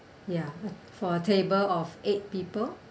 ya for a table of eight people